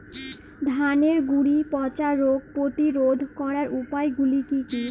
ধানের গুড়ি পচা রোগ প্রতিরোধ করার উপায়গুলি কি কি?